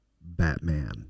Batman